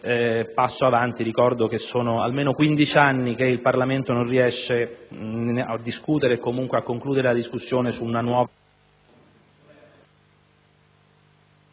passo in avanti. Ricordo che da almeno 15 anni il Parlamento non riesce a discutere o comunque a concludere una discussione su una nuova